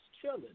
chilling